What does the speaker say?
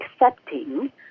accepting